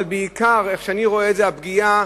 אבל בעיקר, איך שאני רואה את זה, הפגיעה